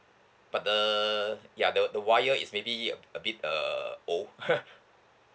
but the ya the the wire is maybe a bit uh old